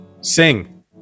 Sing